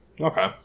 Okay